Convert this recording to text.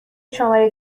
شماره